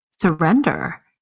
Surrender